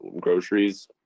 groceries